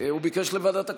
הוא ביקש לוועדת הכנסת.